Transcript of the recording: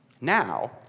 Now